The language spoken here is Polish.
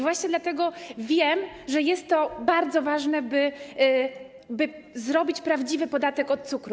Właśnie dlatego wiem, że jest to bardzo ważne, by zrobić prawdziwy podatek od cukru.